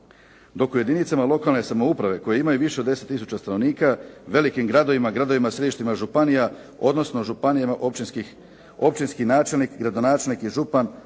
Dok u jedinicama lokalne samouprave koje imaju više od 10 tisuća stanovnika, velikim gradovima, gradovima središtima županija, odnosno županijama općinski načelnik, gradonačelnik i župan